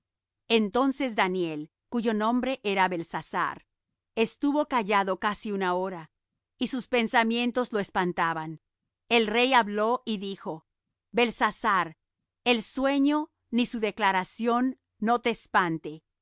entonces daniel cuyo nombre era beltsasar estuvo callando casi una hora y sus pensamientos lo espantaban el rey habló y dijo beltsasar el sueño ni su declaración no te espante